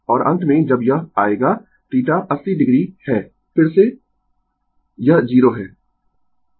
और अंत में जब यह आएगा θ 80 o है फिर से यह 0 है